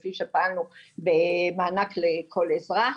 כפי שפעלנו במענק לכל אזרח.